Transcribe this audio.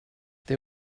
they